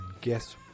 guess